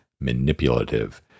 manipulative